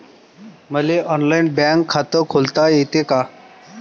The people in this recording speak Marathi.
मले ऑनलाईन बँक खात खोलता येते का?